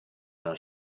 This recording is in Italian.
noi